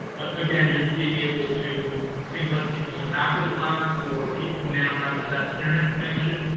again, just being able to think about the people in the back of the class or people who may not have the best internet connection,